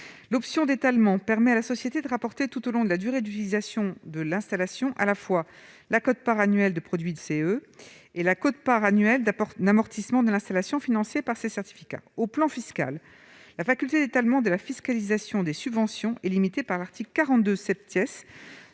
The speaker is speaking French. L'option d'étalement permet à la société de rapporter tout au long de la durée d'utilisation de l'installation à la fois la quote-part annuelle de produit de CEE et la quote-part annuelle d'amortissement de l'installation financée par ces CEE. Sur le plan fiscal, la faculté d'étalement de la fiscalisation des subventions est limitée par l'article 42 du